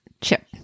chip